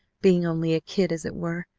being only a kid, as it were,